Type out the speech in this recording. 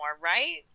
right